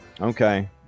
Okay